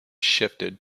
shifted